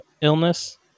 illness